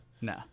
no